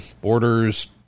borders